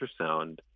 ultrasound